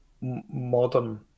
modern